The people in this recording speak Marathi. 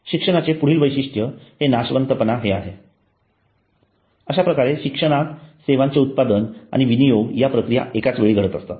शिक्षणाचे पुढील वैशिष्ठ हे नाशवंतपणा हे आहे अश्याप्रकारे शिक्षणात सेवांचे उत्पादन आणि विनियोग ह्या प्रक्रिया एकाचवेळी घडत असतात